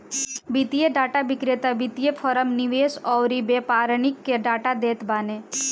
वित्तीय डाटा विक्रेता वित्तीय फ़रम, निवेशक अउरी व्यापारिन के डाटा देत बाने